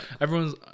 everyone's